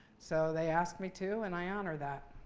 so they asked me to, and i honor that.